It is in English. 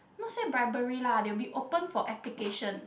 not say bribery lah they will be open for applications